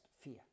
Fear